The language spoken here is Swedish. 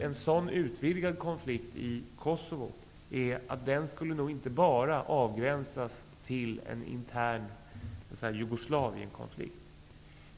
En sådan utvidgad konflikt i Kosovo skulle nog inte bara avgränsas till att vara en intern Jugoslavienkonflikt.